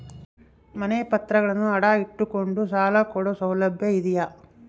ಮನೆ ಪತ್ರಗಳನ್ನು ಅಡ ಇಟ್ಟು ಕೊಂಡು ಸಾಲ ಕೊಡೋ ಸೌಲಭ್ಯ ಇದಿಯಾ?